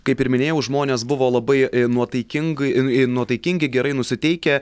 kaip ir minėjau žmonės buvo labai nuotaikingai ir nuotaikingi gerai nusiteikę